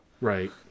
right